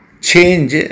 change